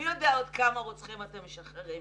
מי יודע עוד כמה רוצחים אתם משחררים.